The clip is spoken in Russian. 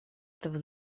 этого